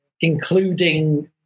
including